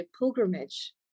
pilgrimage